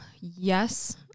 Yes